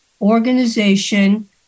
organization